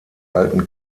alten